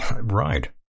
Right